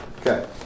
Okay